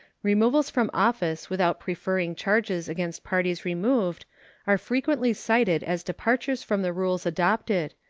removals from office without preferring charges against parties removed are frequently cited as departures from the rules adopted,